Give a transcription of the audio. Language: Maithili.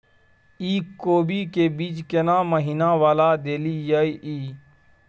इ कोबी के बीज केना महीना वाला देलियैई?